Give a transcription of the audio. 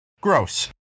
Gross